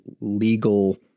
legal